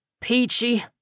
Peachy